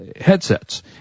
headsets